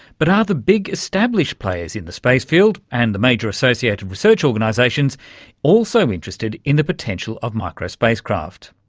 but are the big established players in the space field and the major associated research organisations also interested in the potential of micro-spacecraft?